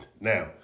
Now